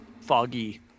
foggy